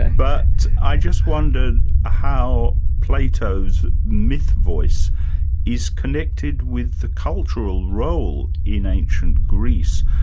but i just wondered how plato's myth voice is connected with the cultural role in ancient greece,